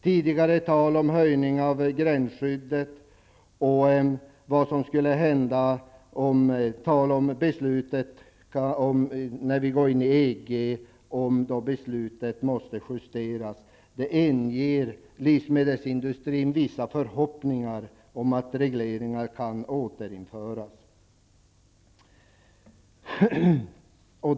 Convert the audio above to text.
Tidigare diskussioner om att beslutet angående gränsskyddet måste justeras vid ett inträde i EG inger livsmedelsindustrin vissa förhoppningar om att regleringar kan återinföras.